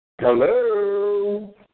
Hello